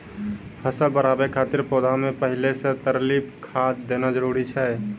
फसल बढ़ाबै खातिर पौधा मे पहिले से तरली खाद देना जरूरी छै?